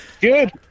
good